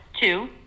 two